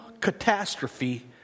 catastrophe